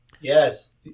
Yes